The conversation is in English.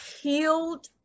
healed